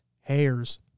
hairs